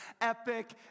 epic